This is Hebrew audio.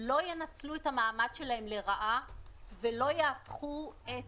לא ינצלו את המעמד שלהן לרעה ולא יהפכו את